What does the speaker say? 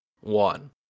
one